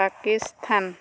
Pakistan